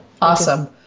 awesome